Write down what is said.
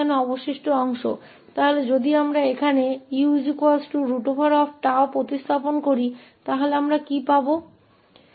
अतः यदि हम यहाँ 𝑢 √𝜏 को प्रतिस्थापित करें तो हमें क्या प्राप्त होगा